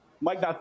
Mike